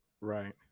Right